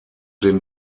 den